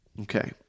Okay